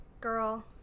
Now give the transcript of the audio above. Girl